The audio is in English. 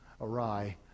awry